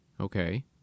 Okay